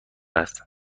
است